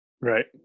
right